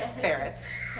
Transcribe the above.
ferrets